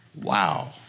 Wow